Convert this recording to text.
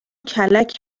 کلک